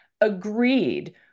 agreed